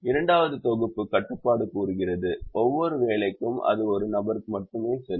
இரண்டாவது தொகுப்பு கட்டுப்பாடு கூறுகிறது ஒவ்வொரு வேலைக்கும் அது ஒரு நபருக்கு மட்டுமே செல்லும்